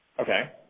Okay